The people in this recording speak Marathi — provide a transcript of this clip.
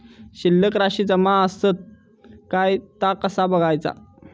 शिल्लक राशी जमा आसत काय ता कसा बगायचा?